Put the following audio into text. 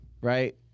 Right